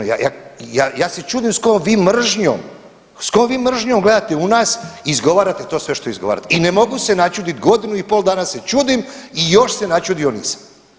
Ja, ja se čudim s kojom vi mržnjom, s kojom gledate u nas i izgovarate to sve što izgovarate i ne mogu se načudit, godinu i pol danas se čudim i još se načudio nisam.